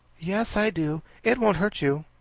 yes, i do. it won't hurt you.